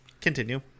Continue